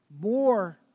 more